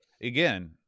again